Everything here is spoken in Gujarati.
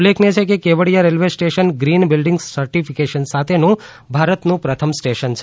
ઉલ્લેખનીય છે કે Kevadia railway station green building certification સાથેનું ભારતનું પ્રથમ સ્ટેશન છે